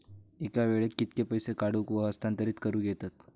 एका वेळाक कित्के पैसे काढूक व हस्तांतरित करूक येतत?